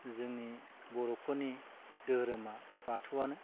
जोंनि बर'फोरनि धोरोमा बाथौआनो